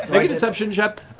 make a deception check.